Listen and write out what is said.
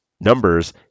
numbers